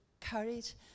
courage